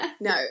no